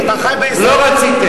אתה חי בישראל או,